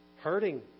hurting